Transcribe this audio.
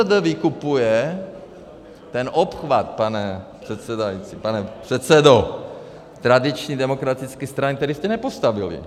ŘSD vykupuje, ten obchvat, pane předsedající, pane předsedo tradiční demokratické strany, který jste nepostavili.